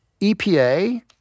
EPA